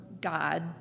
God